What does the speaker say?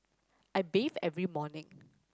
I bathe every morning